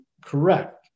correct